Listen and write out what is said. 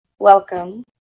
Welcome